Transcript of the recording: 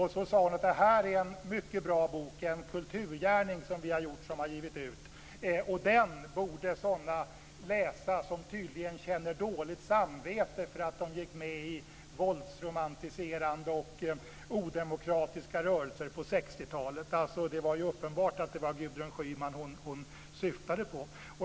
Hon sade: Det här är en mycket bra bok, en kulturgärning som vi har givit ut, och den borde läsas av sådana som tydligen känner dåligt samvete för att de gick med i våldsromantiserande och odemokratiska rörelser på 60-talet. Det är ju uppenbart att det var Gudrun Schyman hon syftade på.